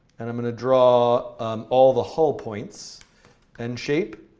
and i'm going to draw all the hull points and shape.